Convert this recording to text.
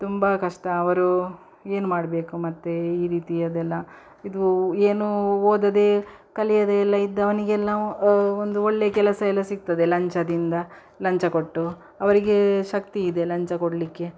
ತುಂಬ ಕಷ್ಟ ಅವರು ಏನು ಮಾಡಬೇಕು ಮತ್ತು ಈ ರೀತಿ ಅದೆಲ್ಲ ಇದು ಏನೂ ಓದದೇ ಕಲಿಯದೇ ಎಲ್ಲ ಇದ್ದವನಿಗೆಲ್ಲ ಒಂದು ಒಳ್ಳೆಯ ಕೆಲಸ ಎಲ್ಲ ಸಿಗ್ತದೆ ಲಂಚದಿಂದ ಲಂಚ ಕೊಟ್ಟು ಅವರಿಗೆ ಶಕ್ತಿ ಇದೆ ಲಂಚ ಕೊಡಲಿಕ್ಕೆ